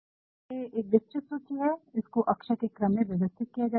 क्योकि ये एक विस्तृत सूची है इसको अक्षर के क्रम में व्यवस्थित किया जाता है